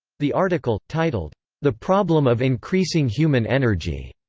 the article, titled the problem of increasing human energy,